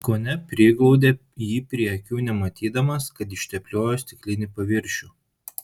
kone priglaudė jį prie akių nematydamas kad ištepliojo stiklinį paviršių